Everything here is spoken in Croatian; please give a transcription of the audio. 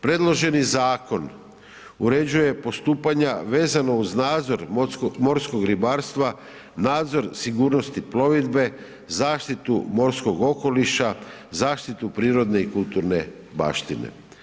Predloženi zakon uređuje postupanja vezano uz nadzor morskog ribarstva, nadzor sigurnosti plovidbe, zaštitu morskog okoliša, zaštitu prirodne i kulturne baštine.